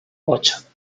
ocho